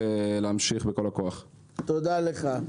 תודה לך.